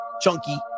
chunky